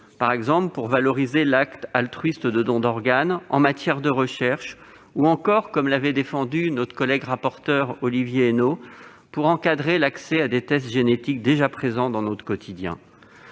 par exemple pour valoriser l'acte altruiste de don d'organes, en matière de recherche ou encore, comme l'a défendu notre collègue rapporteur Olivier Henno, pour encadrer l'accès à des tests génétiques déjà présents dans notre quotidien.